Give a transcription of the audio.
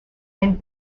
and